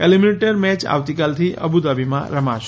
eliminator match આવતીકાલથી Abu Dhabi રમાશે